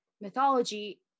mythology